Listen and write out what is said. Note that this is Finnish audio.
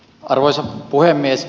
arvoisa puhemies